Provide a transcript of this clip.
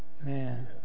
man